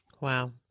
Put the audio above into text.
Wow